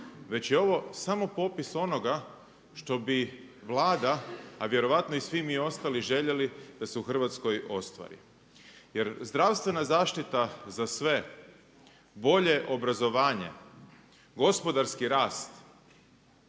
već je ovo samo popis onoga što bi Vlada, a vjerojatno i svi mi ostali željeli da se u Hrvatskoj ostvari. Jer zdravstvena zaštita za sve, bolje obrazovanje, gospodarski rast